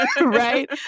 right